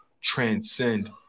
transcend